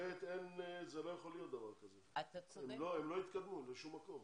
אחרת הם לא יתקדמו לשום מקום.